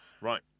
Right